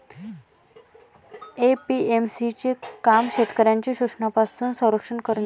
APMC चे काम शेतकऱ्यांचे शोषणापासून संरक्षण करणे आहे